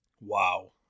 Wow